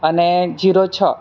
અને જીરો છ